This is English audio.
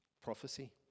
Prophecy